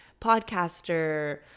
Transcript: podcaster